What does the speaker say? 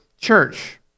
church